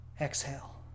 exhale